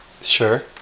Sure